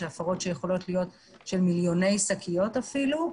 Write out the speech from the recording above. של הפרות שיכולות להיות של מיליוני שקיות אפילו.